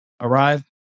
arrive